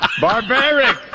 Barbaric